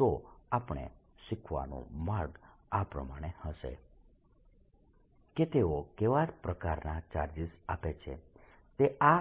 તો આપણો શીખવાનો માર્ગ આ પ્રમાણે હશે કે તેઓ કેવા પ્રકારના ચાર્જીસ આપે છે તે આ